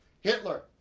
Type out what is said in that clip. Hitler